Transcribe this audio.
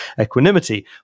equanimity